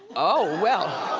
oh, well.